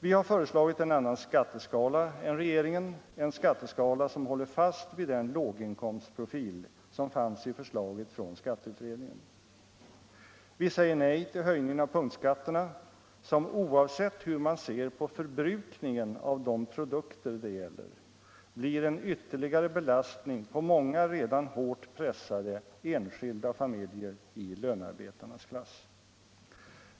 Vi har föreslagit en annan skatteskala än regeringen, en skatteskala som håller fast vid den låginkomstprofil som fanns i förslaget från skatteutredningen. Vi säger nej till höjningen av punktskatterna som, oavsett hur man ser på förbrukningen av de produkter det gäller, blir en ytterligare belastning på många redan hårt pressade enskilda och familjer i lönearbetarnas klass.